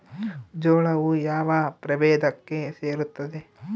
ಜೋಳವು ಯಾವ ಪ್ರಭೇದಕ್ಕೆ ಸೇರುತ್ತದೆ?